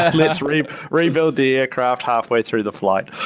ah let's rebuild rebuild the aircraft hallway through the flight,